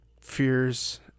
fears